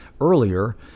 earlier